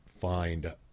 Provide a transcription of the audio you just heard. find